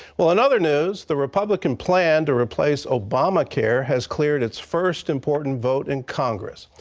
well, in other news, the republican plan to replace obamacare has cleared its first important vote in congress.